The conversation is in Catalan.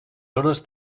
zones